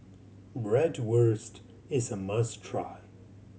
bratwurst is a must try